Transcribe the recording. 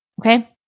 okay